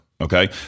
Okay